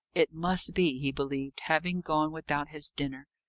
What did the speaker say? it must be, he believed, having gone without his dinner.